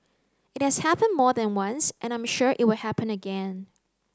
it has happened more than once and I'm sure it will happen again